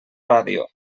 ràdio